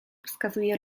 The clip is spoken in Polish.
wskazuję